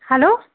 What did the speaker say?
hello